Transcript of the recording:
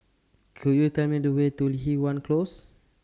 Could YOU Tell Me The Way to Li Hwan Close